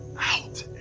out